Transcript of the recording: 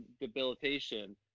debilitation